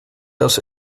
das